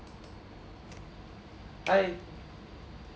hi